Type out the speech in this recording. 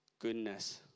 goodness